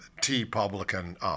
T-Publican